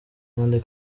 kandi